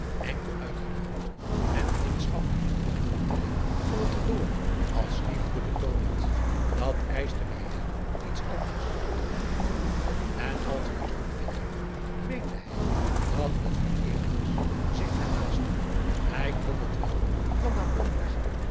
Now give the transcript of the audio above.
enkel uit gewoonte en vriendschappelijk vond hij kon het erdoor als liefdebetoon niet dat eischte bij hem iets anders en als hij zoo pikirde meende hij dat het verkeerd was zich te haasten hij kon het wel plan plan